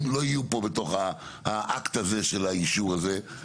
שלא יהיו פה בתוך האקט הזה של האישור הזה.